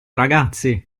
ragazzi